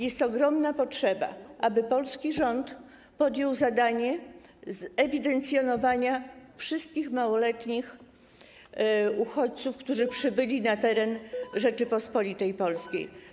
Jest ogromna potrzeba, aby polski rząd podjął się zadania zewidencjonowania wszystkich małoletnich uchodźców, którzy przybyli na teren Rzeczypospolitej Polskiej.